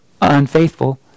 unfaithful